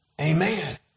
Amen